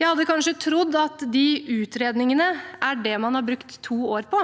Jeg hadde kanskje trodd at de utredningene er det man har brukt to år på,